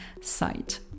site